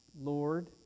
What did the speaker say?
Lord